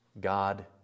God